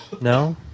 no